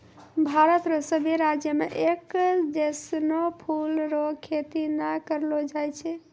भारत रो सभी राज्य मे एक जैसनो फूलो रो खेती नै करलो जाय छै